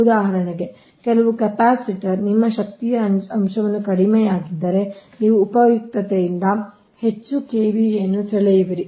ಉದಾಹರಣೆಗೆ ಕೆಲವು ಕೆಪಾಸಿಟರ್ ನಿಮ್ಮ ಶಕ್ತಿಯ ಅಂಶವು ಕಡಿಮೆಯಾಗಿದ್ದರೆ ನೀವು ಉಪಯುಕ್ತತೆಯಿಂದ ಹೆಚ್ಚು KVA ಅನ್ನು ಸೆಳೆಯುವಿರಿ